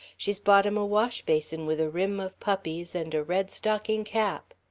she's bought him a washbasin with a rim of puppies, and a red stocking cap.